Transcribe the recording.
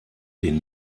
den